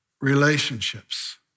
relationships